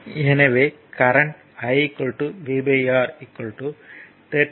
இங்கு voltage drop இல்லை